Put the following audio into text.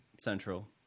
central